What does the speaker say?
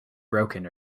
broken